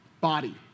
body